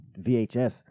VHS